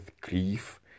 grief